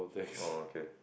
oh okay